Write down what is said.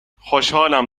خوشحالم